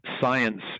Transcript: science